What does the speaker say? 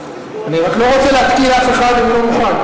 אני רק לא רוצה להתקיל אף אחד אם הוא לא מוכן.